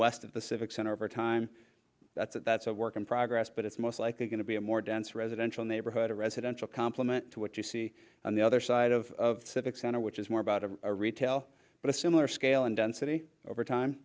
west of the civic center over time that's a work in progress but it's most likely going to be a more dense residential neighborhood a residential complement to what you see on the other side of the civic center which is more about a retail but a similar scale and density over